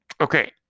Okay